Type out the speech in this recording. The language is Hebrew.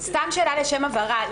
שאלה לשם הבהרה,